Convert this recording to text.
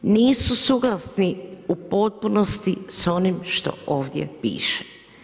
Nisu suglasni u potpunosti s onim što ovdje piše.